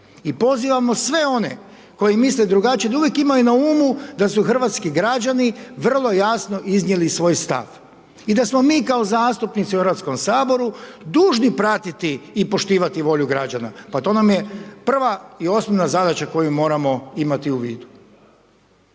I pozivamo sve one koji misle drugačije da uvijek imaju na umu da su hrvatski građani vrlo jasno iznijeli svoj stav i da smo mi kao zastupnici u Hrvatskom saboru dužni pratiti i poštivati volju građana, pa to nam je prva i osnovna zadaća koju moramo imati u vidu.